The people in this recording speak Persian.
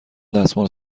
دستمال